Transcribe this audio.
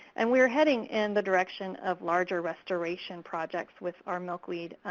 and we are heading in the direction of larger restoration projects with our milkweed.